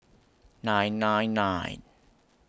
nine nine nine